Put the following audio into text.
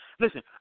Listen